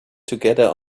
together